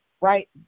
right